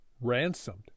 ransomed